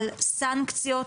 על סנקציות,